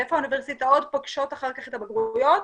איפה האוניברסיטאות פוגשות אחר כך את הבגרויות,